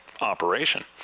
operation